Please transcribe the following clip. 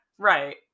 Right